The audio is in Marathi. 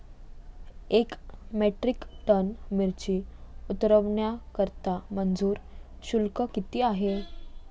एक मेट्रिक टन मिरची उतरवण्याकरता मजूर शुल्क किती आहे?